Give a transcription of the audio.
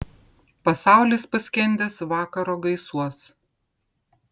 pasaulis paskendęs vakaro gaisuos